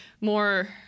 more